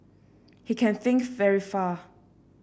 he can think very far